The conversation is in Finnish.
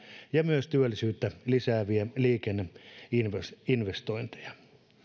ja myös työllisyyttä lisääviä liikenneinvestointeja